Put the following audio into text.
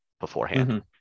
beforehand